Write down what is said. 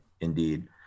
Indeed